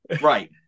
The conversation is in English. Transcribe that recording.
Right